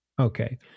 Okay